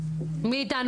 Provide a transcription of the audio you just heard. מי איתנו,